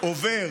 עובר